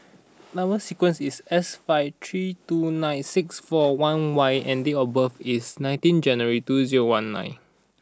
number sequence is S five three two nine six four one Y and date of birth is nineteen January two zero one nine